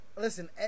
Listen